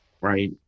right